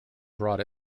brought